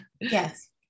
yes